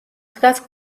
დგას